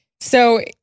So-